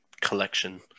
collection